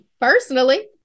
Personally